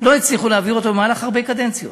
לא הצליחו להעביר אותו במהלך הרבה קדנציות,